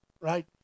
right